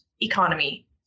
economy